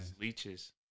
leeches